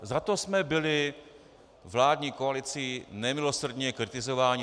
Za to jsme byli vládní koalicí nemilosrdně kritizováni.